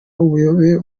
ubuyobe